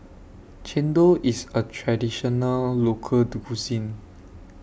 Chendol IS A Traditional Local Cuisine